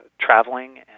traveling